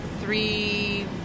three